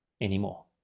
anymore